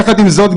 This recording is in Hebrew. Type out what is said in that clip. יחד עם זאת,